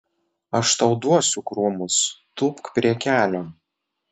aš tau duosiu krūmus tūpk prie kelio